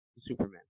Superman